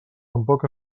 tampoc